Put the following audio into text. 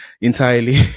entirely